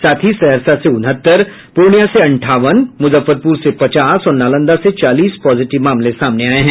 साथ ही सहरसा से उनहत्तर पूर्णिया से अंठावन मूजफ्फरपूर से पचास और नालंदा से चालीस पॉजिटिव मामले आये हैं